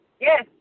Yes